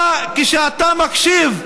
כשאתה מקשיב,